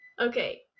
okay